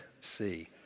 see